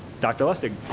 dr. lustig.